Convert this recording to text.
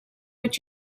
what